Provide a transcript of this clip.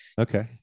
Okay